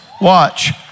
Watch